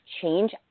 change